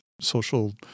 social